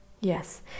Yes